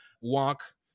walk